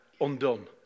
undone